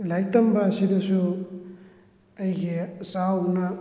ꯂꯥꯏꯔꯤꯛ ꯇꯝꯕ ꯑꯁꯤꯗꯁꯨ ꯑꯩꯒꯤ ꯆꯥꯎꯅ